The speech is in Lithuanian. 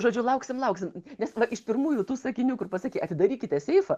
žodžiu lauksim lauksim nes tada iš pirmųjų tų sakinių kur pasakei atidarykite seifą